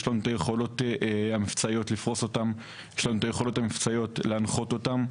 אז יש לנו את היכולות המבצעיות לפרוס אותם ולהנחות אותם,